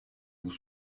vous